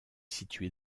situé